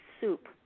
soup